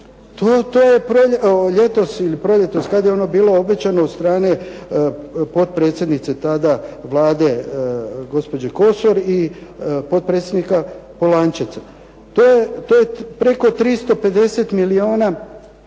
To je ljetos ili proljetos kad je ono bilo obećano od strane potpredsjednice tada Vlade gospođe Kosor i potpredsjednika Polančeca. To je preko 350 milijuna